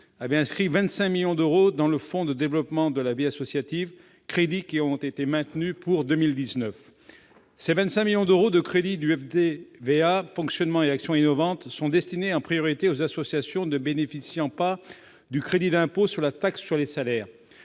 avait inscrit 25 millions d'euros dans le fonds pour le développement de la vie associative, le FDVA, crédits qui ont été maintenus pour 2019. Ces 25 millions d'euros de crédits du FDVA « fonctionnement et actions innovantes » sont destinés en priorité aux associations ne bénéficiant pas du crédit d'impôt sur la taxe sur les salaires,